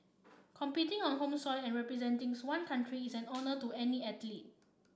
competing on home soil and representing's one country is an honour to any athlete